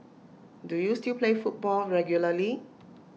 do you still play football regularly